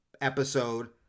episode